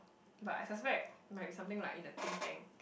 but I suspect might be something like in a think tank